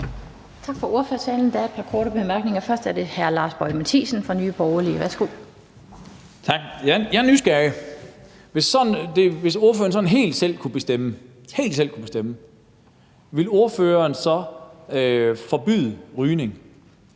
Hvis ordføreren kunne bestemme helt selv, ville ordføreren så forbyde rygning